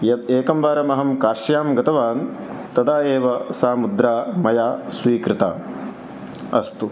यत् एकं वारम् अहं काश्यां गतवान् तदा एव सा मुद्रा मया स्वीकृता अस्तु